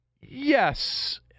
Yes